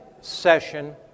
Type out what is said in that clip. session